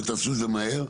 ותעשו את זה מהר.